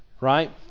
Right